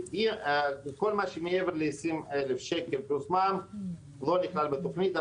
כל מה שמעבר ל-20,000 שקל פלוס מע"מ לא נכלל בתוכנית.